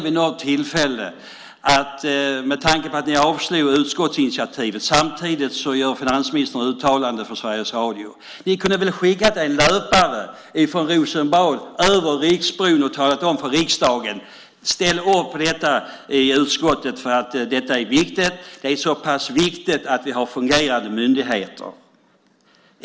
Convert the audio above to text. I stället för att avslå utskottsinitiativet, samtidigt som finansministern uttalade sig i Sveriges Radio, kunde ni väl ha skickat en löpare från Rosenbad, över Riksbron, som sagt till riksdagen: Ställ upp på detta i utskottet eftersom det är viktigt. Det är viktigt att vi har fungerande myndigheter.